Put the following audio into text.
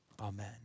Amen